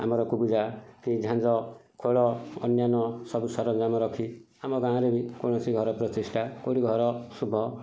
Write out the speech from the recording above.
ଆମର କୁବୁଜା କି ଝାଞ୍ଜ ଖୋଳ ଅନ୍ୟାନ୍ୟ ସବୁ ସରଞ୍ଜାମ ରଖି ଆମ ଗାଁରେ ବି କୌଣସି ଘର ପ୍ରତିଷ୍ଟା କେଉଁଠି ଘର ଶୁଭ